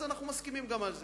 אז אנחנו מסכימים גם על זה.